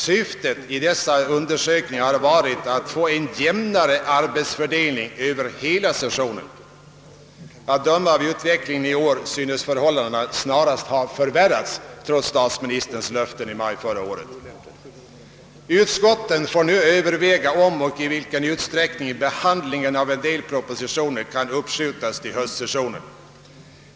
Syftet med dessa undersökningar har varit att få en jämnare arbetsfördelning över hela sessionen. Att döma av utvecklingen i år synes förhållandena snarast ha förvärrats trots statsministerns löfte i maj förra året. Utskotten får nu överväga om och i vilken utsträckning behandlingen av en del propositioner kan uppskjutas till höstsessionen.